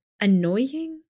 annoying